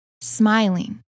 smiling